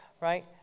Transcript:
right